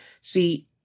See